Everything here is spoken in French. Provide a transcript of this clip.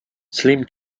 slim